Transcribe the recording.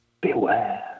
beware